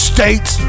States